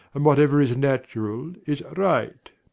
and whatever is natural is right.